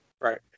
Right